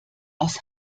aus